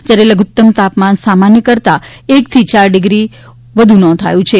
જ્યારે લધુત્તમ તાપમાન સામાન્ય કરતાં એકથી ચાર ડિગ્રી વધુ નોંધાયું છે